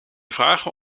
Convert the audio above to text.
vragen